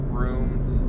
rooms